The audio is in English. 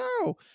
No